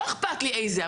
לא אכפת לי איזו.